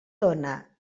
dóna